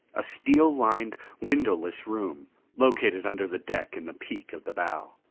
a steel-lined, windowless room located under the deck in the peak of the bow.